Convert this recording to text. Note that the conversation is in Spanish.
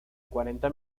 cuarenta